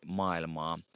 maailmaa